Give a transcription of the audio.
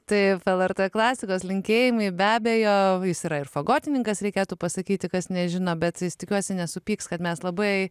taip lrt klasikos linkėjimai be abejo yra ir fagotininkas reikėtų pasakyti kas nežino bet tikiuosi nesupyks kad mes labai